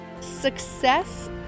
Success